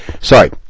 sorry